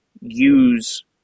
use